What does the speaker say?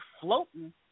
floating